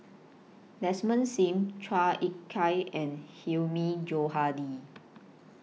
Desmond SIM Chua Ek Kay and Hilmi Johandi